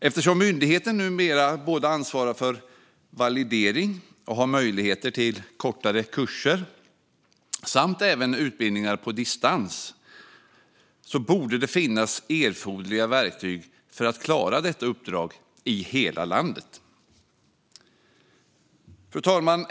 Eftersom myndigheten numera både ansvarar för validering och har möjlighet till kortare kurser, samt även utbildningar på distans, borde det finnas erforderliga verktyg för att klara detta uppdrag i hela landet. Fru talman!